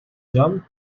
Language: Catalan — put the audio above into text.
joan